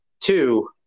Two